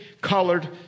colored